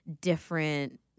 different